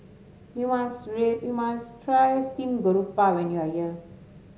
you must Three you must try Steamed Garoupa when you are here